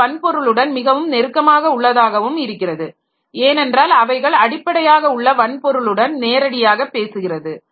அது வன்பொருளுடன் மிகவும் நெருக்கமாக உள்ளதாகவும் இருக்கிறது ஏனென்றால் அவைகள் அடிப்படையாக உள்ள வன்பொருளுடன் நேரடியாக பேசுகிறது